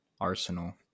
Arsenal